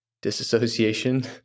disassociation